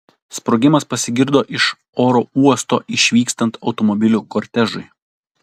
sprogimas pasigirdo iš oro uosto išvykstant automobilių kortežui